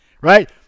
right